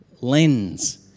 lens